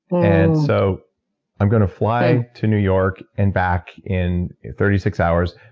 and so i'm going to fly to new york and back in thirty six hours,